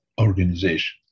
organization